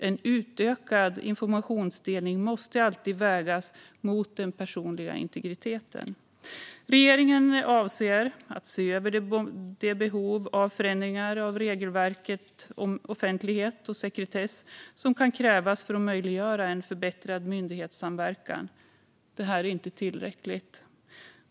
En utökad informationsdelning måste alltid vägas mot den personliga integriteten. Regeringen avser att se över de behov av förändringar av regelverket om offentlighet och sekretess som kan krävas för att möjliggöra en förbättrad myndighetssamverkan. Men detta är inte tillräckligt.